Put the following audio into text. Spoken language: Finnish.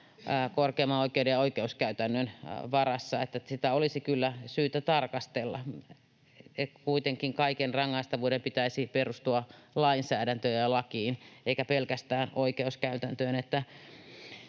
korkeimman oikeuden ja oikeuskäytännön varassa, niin että sitä olisi kyllä syytä tarkastella. Kuitenkin kaiken rangaistavuuden pitäisi perustua lainsäädäntöön ja lakiin eikä pelkästään oikeuskäytäntöön.